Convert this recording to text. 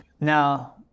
now